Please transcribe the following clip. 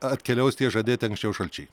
atkeliaus tie žadėti anksčiau šalčiai